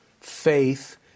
faith